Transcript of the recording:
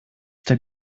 der